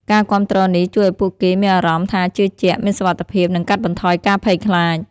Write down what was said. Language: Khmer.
ការគាំទ្រនេះជួយឱ្យពួកគេមានអារម្មណ៍ថាជឿជាក់ មានសុវត្តិភាព និងកាត់បន្ថយការភ័យខ្លាច ។